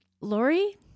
lori